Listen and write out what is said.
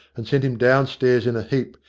and sent him downstairs in a heap,